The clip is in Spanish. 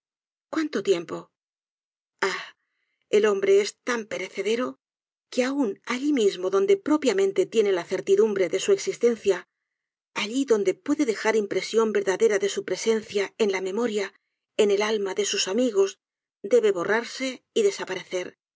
cuánto tiempo ah el hombre es tan perecedero que aun alli mismo donde propiamente tiene la certidumbre de su existencia alli donde puede dejar impresión verdadera de su presencia en la memoria en el alma de sus amigos debe borrarse y desaparecer